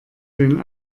den